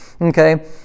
okay